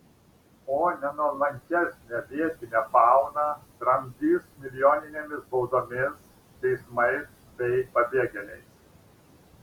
o nenuolankesnę vietinę fauną tramdys milijoninėmis baudomis teismais bei pabėgėliais